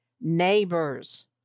neighbors